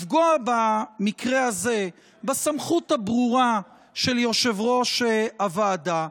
לפגוע במקרה הזה בסמכות הברורה של יושב-ראש הוועדה,